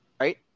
Right